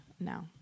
No